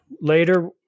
later